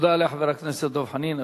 תודה לחבר הכנסת דב חנין.